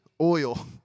oil